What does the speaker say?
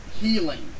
healing